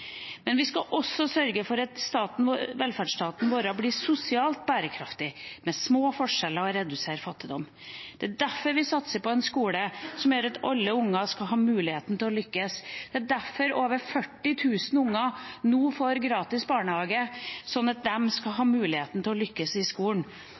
Men vi skal også sørge for at velferdsstaten vår blir sosialt bærekraftig, med små forskjeller, og vi skal redusere fattigdom. Det er derfor vi satser på en skole der alle unger skal ha muligheten til å lykkes. Det er derfor over 40 000 unger nå får tilbud om gratis barnehage, slik at de skal